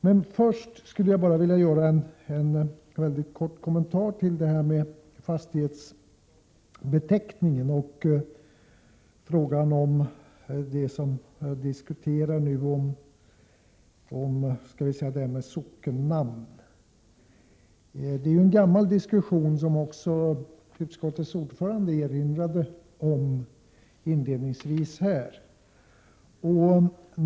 Men först skulle jag vilja kort kommentera frågan om fastighetsbeteckning och sockennamn. Det är en gammal fråga, som också utskottets ordförande erinrade om inledningsvis här.